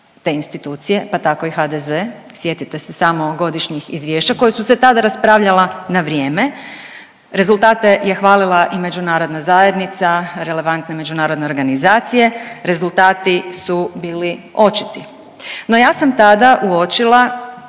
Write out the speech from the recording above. te institucije pa tako i HDZ. Sjetite se samo godišnjih izvješća koja su se tada raspravljala na vrijeme. Rezultate je hvalila i međunarodna zajednica, relevantne međunarodne organizacije, rezultati su bili očiti. No ja sam tada uočila